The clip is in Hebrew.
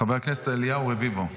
חבר הכנסת אליהו רביבו.